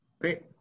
great